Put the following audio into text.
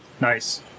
Nice